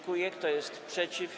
Kto jest przeciw?